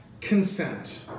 consent